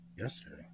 Yesterday